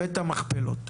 הבאת מכפלות.